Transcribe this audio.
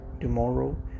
tomorrow